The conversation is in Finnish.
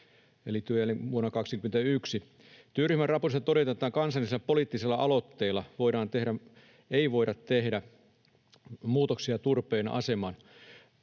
Työryhmän raportissa todetaan, että kansallisilla poliittisilla aloitteilla ei voida tehdä muutoksia turpeen asemaan.